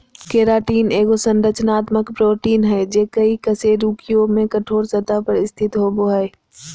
keratin एगो संरचनात्मक protein हइ जे कई कशेरुकियों में कठोर सतह पर स्थित होबो हइ